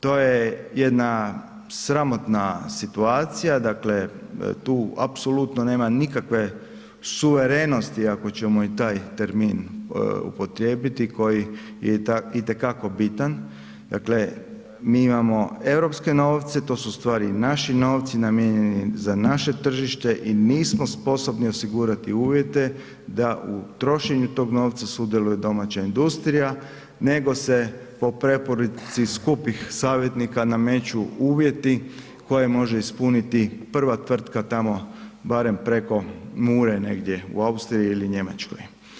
To je jedna sramotna situacija, dakle tu apsolutno nema nikakve suverenosti ako ćemo i taj termin upotrijebiti koji je itekako bitan, dakle mi imamo europske novcem, to su ustvari naši novci namijenjeni za naše tržište i nismo sposobni osigurati uvjete da u trošenju tog novca sudjeluje domaća industrija nego se po preporuci skupih savjetnika nameću uvjeti koje može ispuniti prva tvrtka tamo barem preko Mure negdje u Austriji ili Njemačkoj.